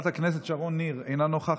הכנסת יצחק פינדרוס, אינו נוכח,